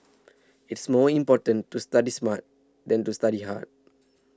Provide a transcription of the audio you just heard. it is more important to study smart than to study hard